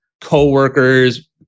co-workers